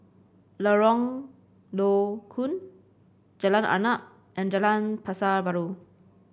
Lorong Low Koon Jalan Arnap and Jalan Pasar Baru